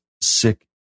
sick